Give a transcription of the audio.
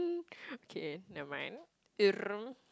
okay never mind